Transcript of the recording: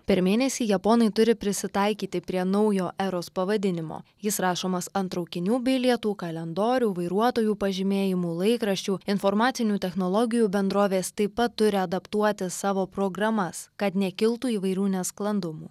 per mėnesį japonai turi prisitaikyti prie naujo eros pavadinimo jis rašomas ant traukinių bilietų kalendorių vairuotojų pažymėjimų laikraščių informacinių technologijų bendrovės taip pat turi adaptuoti savo programas kad nekiltų įvairių nesklandumų